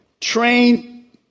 trained